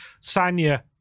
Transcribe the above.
Sanya